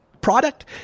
product